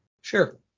Sure